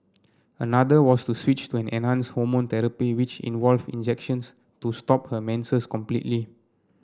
another was to switch to an enhanced hormone therapy which involved injections to stop her menses completely